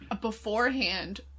beforehand